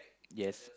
yes